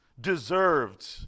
deserved